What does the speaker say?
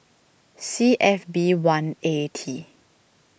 C F B one A T